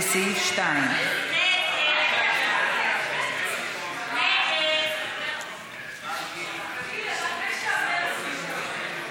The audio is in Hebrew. לסעיף 2. ההסתייגות (8) של קבוצת סיעת מרצ